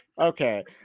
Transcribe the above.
Okay